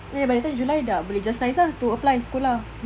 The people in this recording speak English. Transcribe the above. ya by the time july dah boleh just nice lah to apply sekolah